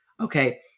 okay